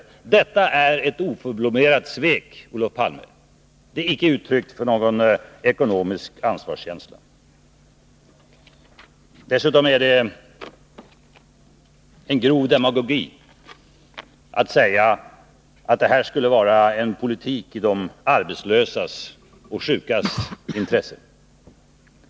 Detta är ett oförblommerat svek; Olof Palme. Det är icke uttryck för någon ekonomisk ansvarskänsla. Dessutom är det en grov demagogi att säga att denna er politik skulle vara i de arbetslösas och sjukas intresse.